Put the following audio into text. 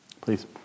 please